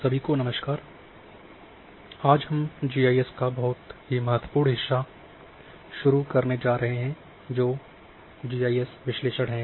सभी को नमस्कार आज हम जीआईएस का बहुत महत्वपूर्ण हिस्सा शुरू करने जा रहे हैं जो विश्लेषण है